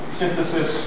synthesis